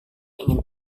ingin